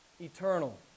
eternal